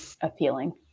appealing